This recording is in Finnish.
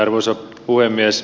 arvoisa puhemies